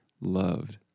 loved